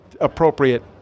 appropriate